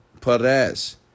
Perez